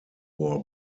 war